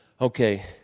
Okay